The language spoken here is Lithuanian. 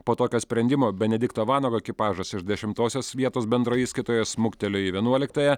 po tokio sprendimo benedikto vanago ekipažas iš dešimtosios vietos bendroje įskaitoje smuktelėjo į vienuoliktąją